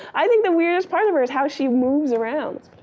i think the weirdest part of her is how she moves around.